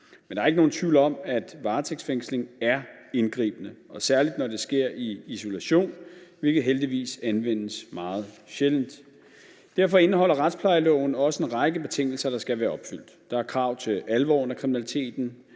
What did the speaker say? Men der er ikke nogen tvivl om, at varetægtsfængsling er indgribende, særlig når det sker i isolation, hvilket heldigvis anvendes meget sjældent. Derfor indeholder retsplejeloven også en række betingelser, der skal være opfyldt. Der er krav til alvoren af kriminaliteten,